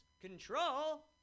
control